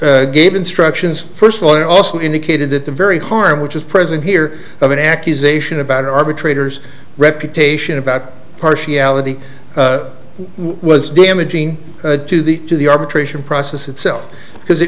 court gave instructions first of all i also indicated that the very harm which is present here of an accusation about an arbitrator's reputation about partiality was damaging to the to the arbitration process itself because it